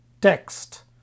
text